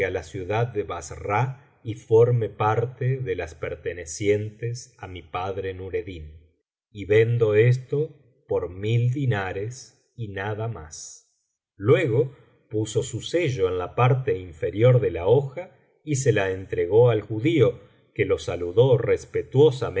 la ciudad de bassra y forme parte de las pertenecientes á mi padre nureddin y vendo esto por mil dinares y nada más luego puso su sello en la parte inferior de la hoja y se la entregó al judío que lo saludó